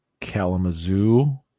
Kalamazoo